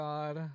God